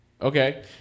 Okay